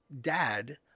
dad